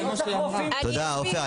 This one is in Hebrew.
עופר,